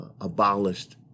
abolished